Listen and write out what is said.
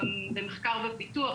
במחקר ופיתוח,